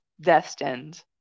destined